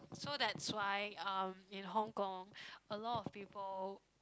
so that's why um in Hong-Kong a lot of people